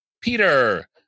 Peter